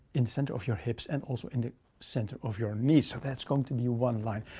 in center of your hips and also in the center of your knees. so that's going to be one line,